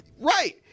right